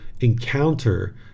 encounter